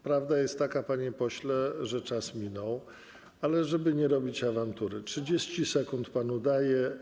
Prawda jest taka, panie pośle, że czas minął, ale żeby nie robić awantury, 30 sekund panu daję.